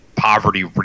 poverty